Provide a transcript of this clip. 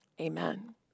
Amen